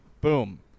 boom